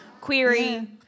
query